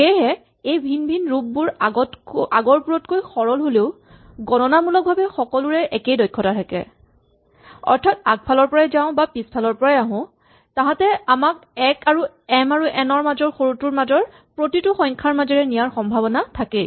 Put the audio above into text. সেয়েহে এই ভিন ভিন ৰূপবোৰ আগৰবোৰতকৈ সৰল হ'লেও গণনামূলকভাৱে সকলোৰে একেই দক্ষতা থাকে অৰ্থাৎ আগফালৰ পৰাই যাওঁ বা পিছফালৰ পৰাই আহোঁ তাহাঁতে আমাক ১ আৰু এম আৰু এন ৰ মাজৰ সৰুটোৰ মাজৰ প্ৰতিটো সংখ্যাৰ মাজেৰে নিয়াৰ সম্ভাৱনা থাকেই